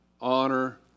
honor